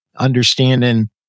Understanding